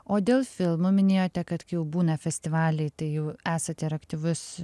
o dėl filmų minėjote kad kai jau būna festivaliai tai jau esate ir aktyvus